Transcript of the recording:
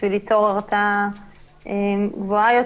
בשביל ליצור הרתעה גבוהה יותר,